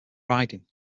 riding